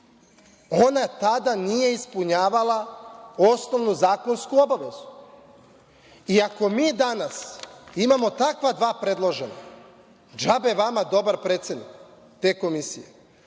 ona tada nije ispunjavala osnovnu zakonsku obavezu. Ako mi danas imamo takva dva predložena, džabe vama dobar predsednik te Komisije.